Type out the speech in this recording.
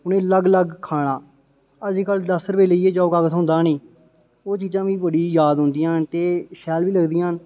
उ'नेंगी लग्ग लग्ग खाना अज्ज कल्ल दस्स रपेऽ लेइयै जाओ कक्ख थ्होंदा गै नेईं ओह् चीजां मिगी बड़ी याद औंदियां न ते शैल बी लगदियां न